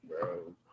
bro